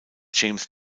james